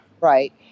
right